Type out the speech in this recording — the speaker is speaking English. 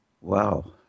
Wow